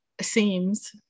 seems